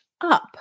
up